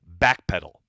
backpedal